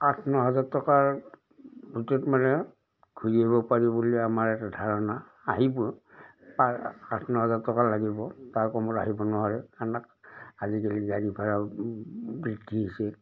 আঠ ন হাজাৰ টকাৰ ভিতৰত মানে ঘূৰি আহিব পাৰিব বুলি আমাৰ এটা ধাৰণা আহিব আঠ ন হাজাৰ টকা লাগিব তাৰ কমত আহিব নোৱাৰে আজিকালি গাড়ী ভাড়া বৃদ্ধি হৈছে